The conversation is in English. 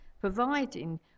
providing